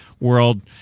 world